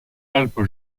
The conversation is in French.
alpes